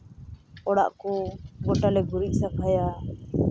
ᱚᱲᱟᱜ ᱠᱚ ᱜᱳᱴᱟᱞᱮ ᱜᱩᱨᱤᱡ ᱥᱟᱯᱷᱟᱭᱟ